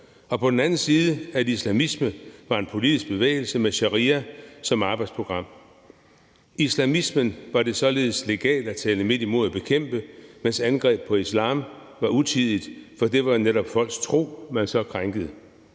og på den anden side var islamisme en politisk bevægelse med sharia som arbejdsprogram. Islamismen var det således legalt at tale midt imod og bekæmpe, mens angreb på islam var utidigt, for det var jo netop folks tro, man så krænkede.